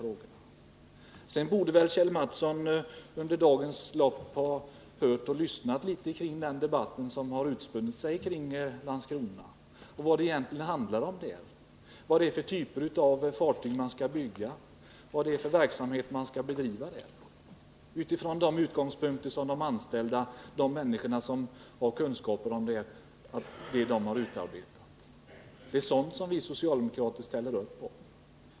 Och när det gäller Landskronavarvet så borde Kjell Mattsson under dagens lopp ha kunnat konstatera av den debatt som utspunnit sig vad de anställdas plan egentligen innebär — vad det är för typer av fartyg man skall bygga, vilken verksamhet man skall bedriva. Den här planen har utarbetats av de anställda, de människor som har kunskaper. Det är sådant vi socialdemokrater ställer upp på.